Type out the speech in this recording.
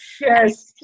Yes